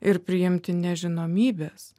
ir priimti nežinomybės